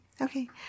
Okay